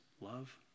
love